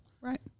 Right